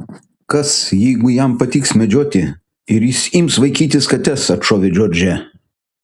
kas jeigu jam patiks medžioti ir jis ims vaikytis kates atšovė džordžija